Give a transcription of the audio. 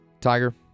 Tiger